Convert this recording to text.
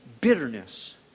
bitterness